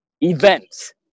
events